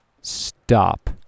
Stop